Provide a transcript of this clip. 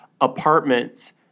apartments